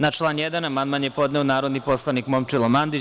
Na član 1. amandman je podneo narodni poslanik Momčilo Mandić.